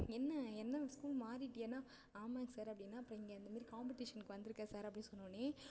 என்ன என்ன ஸ்கூல் மாறிட்டியான்ன ஆமாங்க சார் அப்படின்னேன் அப்புறம் இங்க இந்தமாதிரி காம்பிட்டிஷனுக்கு வந்துருக்கேன் சார் அப்படின்னு சொன்னவொடனே